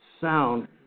sound